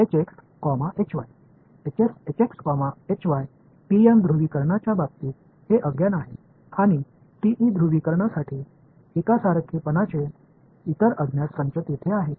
TM ध्रुवीकरणाच्या बाबतीत हे अज्ञात आहेत आणि टीई ध्रुवीकरणासाठी एकसारखेपणाचे इतर अज्ञात संच तेथे आहेत